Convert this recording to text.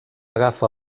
agafa